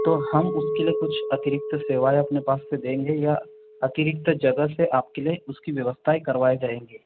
तो हम उसके लिए कुछ अतिरिक्त सेवाएं अपने पास से देंगे या अतिरिक्त जगह से आपके लिए उसकी व्यवस्थाएं करवाए जाएंगे